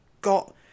got